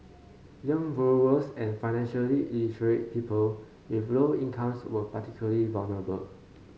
young borrowers and financially illiterate people with low incomes were particularly vulnerable